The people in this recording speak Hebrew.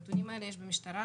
הנתונים האלה קיימים במשטרה,